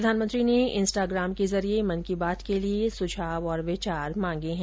प्रधानमंत्री ने इंस्टाग्राम के जरिये मन की बात के लिए सुझाव और विचार मांगे हैं